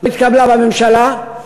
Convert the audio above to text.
לא התקבלה בממשלה,